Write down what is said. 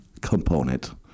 component